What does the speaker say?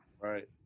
Right